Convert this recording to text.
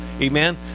Amen